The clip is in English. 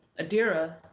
adira